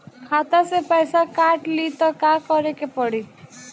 खाता से पैसा काट ली त का करे के पड़ी?